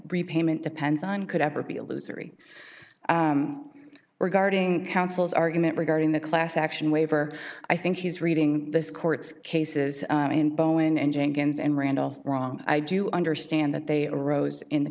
repayment depends on could ever be illusory were guarding councils argument regarding the class action waiver i think he's reading this court's cases and bowen and jenkins and randolph wrong i do understand that they arose in the